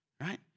right